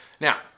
Now